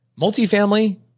Multifamily